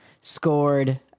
scored